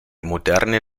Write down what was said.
moderne